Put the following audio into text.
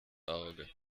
auge